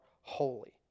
holy